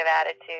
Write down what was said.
attitude